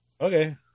okay